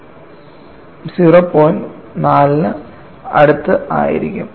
4 ന് അടുത്ത് ആയിരിക്കും